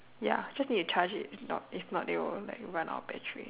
ya just need to charge it if not if not it will like run out of battery